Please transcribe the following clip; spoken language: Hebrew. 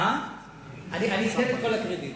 אתן את כל הקרדיטים.